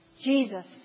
Jesus